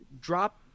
drop